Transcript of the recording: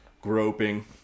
groping